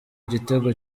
igitego